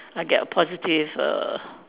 I get a positive err